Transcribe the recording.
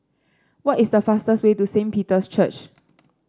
what is the fastest way to Saint Peter's Church